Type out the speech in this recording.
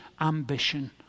ambition